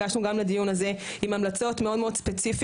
הגשנו גם לדיון הזה עם המלצות מאוד מאוד ספציפיות,